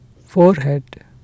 forehead